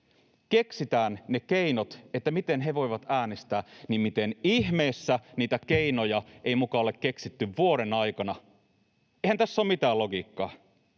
keksitään ne keinot, miten he voivat äänestää, niin miten ihmeessä niitä keinoja ei muka ole keksitty vuoden aikana? Eihän tässä ole mitään logiikkaa.